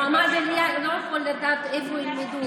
מועמד עלייה לא יכול לדעת איפה ילמדו.